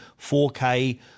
4K